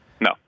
No